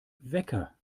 wecker